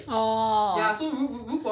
oh